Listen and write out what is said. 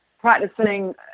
practicing